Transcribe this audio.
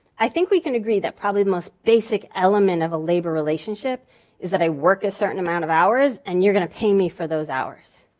i think we can agree that probably the most basic element of a labor relationship is that i work a certain amount of hours and you're going to pay me for those hours.